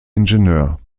ingenieur